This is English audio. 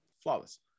Flawless